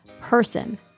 person